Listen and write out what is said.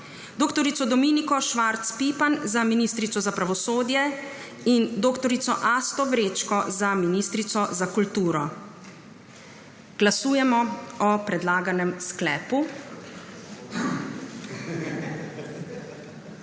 dr. Dominiko Švarc Pipan za ministrico za pravosodje in dr. Asto Vrečko za ministrico za kulturo. Glasujemo o predlaganem sklepu.